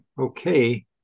Okay